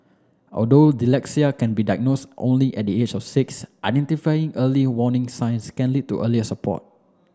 although dyslexia can be diagnosed only at the age of six identifying early warning signs can lead to earlier support